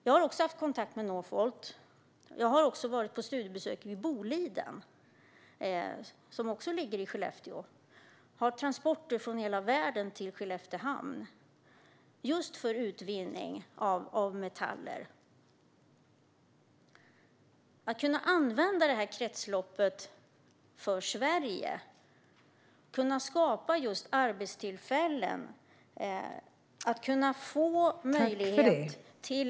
Jag har också haft kontakt med Northvolt. Jag har också varit på studiebesök vid Boliden, som också ligger i Skellefteå och har transporter från hela världen till Skelleftehamn, just för utvinning av metaller. Att kunna använda detta kretslopp för Sverige, att kunna skapa arbetstillfällen, att få möjlighet till .